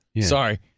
Sorry